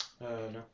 No